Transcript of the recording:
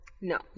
No